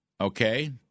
okay